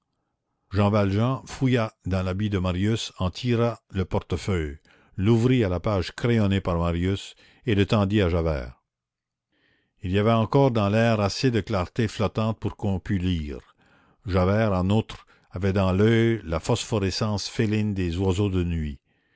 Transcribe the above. jean valjean fouilla dans l'habit de marius en tira le portefeuille l'ouvrit à la page crayonnée par marius et le tendit à javert il y avait encore dans l'air assez de clarté flottante pour qu'on pût lire javert en outre avait dans l'oeil la phosphorescence féline des oiseaux de nuit